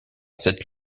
cette